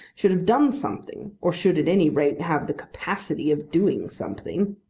should have done something, or should at any rate have the capacity of doing something.